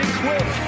quick